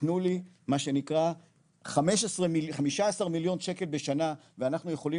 תנו לי מה שנקרא 15 מיליון שקל בשנה ואנחנו יכולים